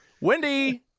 Wendy